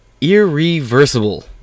irreversible